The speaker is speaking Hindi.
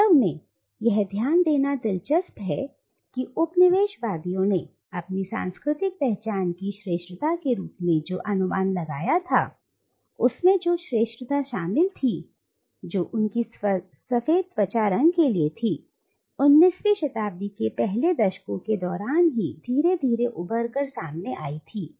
वास्तव में यह ध्यान देना दिलचस्प है कि उपनिवेश वादियों ने अपनी सांस्कृतिक पहचान की श्रेष्ठता के रूप में जो अनुमान लगाया था उसमें जो श्रेष्ठता शामिल थी जो उनकी सफेद त्वचा के रंग के लिए 19वीं शताब्दी के पहले दशकों के दौरान ही धीरे धीरे उभरकर सामने आई थी